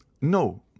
No